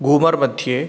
गूमर् मध्ये